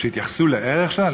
שהתייחסו לערך שלהם?